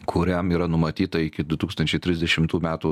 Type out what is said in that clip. kuriam yra numatyta iki du tūkstančiai trisdešimtų metų